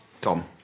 Tom